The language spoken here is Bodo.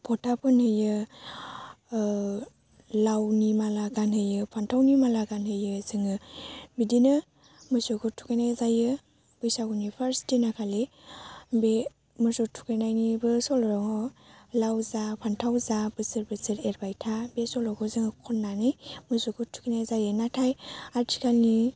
फथा फुनहोयो लावनि माला गानहोयो फान्थावनि माला गानहोयो जोङो बिदिनो मोसौखौ थुखैनाय जायो बैसागुनि पार्स्ट दिनाव खालि बे मोसौ थुखैनायनिबो सल' दङ लाव जा फान्थाव जा बौसोर बोसोर एरबाय था बे सल'खौ जोङो खन्नानै मोसौखौ थुखैनाय जायो नाथाइ आथिखालनि